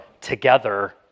together